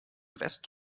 rest